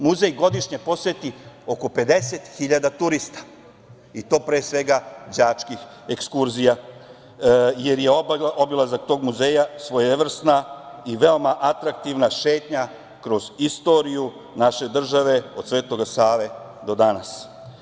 Muzej godišnje poseti oko 50 hiljada turista i to pre svega đačkih ekskurzija, jer je obilazak tog muzeja svojevrsna i veoma atraktivna šetnja kroz istoriju naše države, od Svetoga Save do danas.